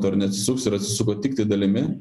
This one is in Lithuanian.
dar neatsisuks ir atsisuko tiktai dalimi